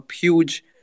huge